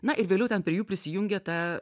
na ir vėliau ten prie jų prisijungia ta